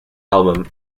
album